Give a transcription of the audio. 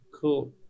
cool